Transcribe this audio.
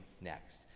next